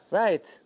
right